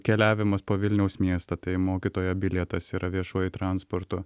keliavimas po vilniaus miestą tai mokytojo bilietas yra viešuoju transportu